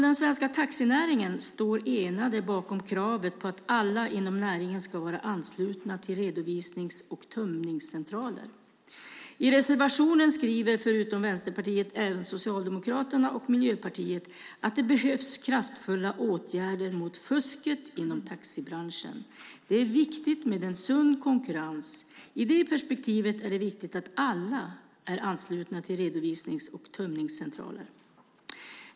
Den svenska taxinäringen står enad bakom kravet att alla inom näringen ska vara anslutna till redovisnings och tömningscentraler. I reservationen skriver förutom Vänsterpartiet även Socialdemokraterna och Miljöpartiet att det behövs kraftfulla åtgärder mot fusket inom taxibranschen. Det är viktigt med en sund konkurrens. I det perspektivet är det viktigt att alla är anslutna till redovisnings och tömningscentraler.